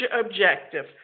objective